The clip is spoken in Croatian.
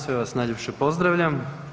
Sve vas najljepše pozdravljam.